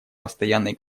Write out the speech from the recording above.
постоянной